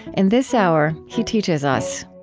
and this hour, he teaches us